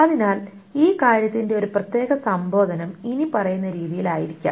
അതിനാൽ ഈ കാര്യത്തിന്റെ ഒരു പ്രത്യേക സംബോധനം ഇനിപ്പറയുന്ന രീതിയിൽ ആയിരിക്കാം